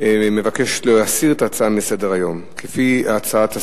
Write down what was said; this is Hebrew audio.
מבקש להסיר את ההצעה מסדר-היום, לפי הצעת השר.